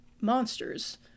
monsters